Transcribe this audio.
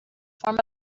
form